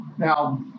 Now